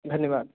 धन्यवाद